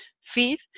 feed